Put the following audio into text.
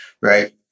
right